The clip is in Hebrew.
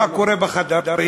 מה קורה בחדרים?